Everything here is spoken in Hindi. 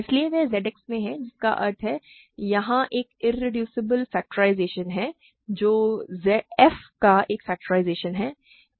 इसलिए वे Z X में हैं जिसका अर्थ है यहाँ एक इरेड्यूसिबल फ़ैक्टराइज़ेशन है जो f का एक फ़ैक्टराइज़ेशन है